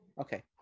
Okay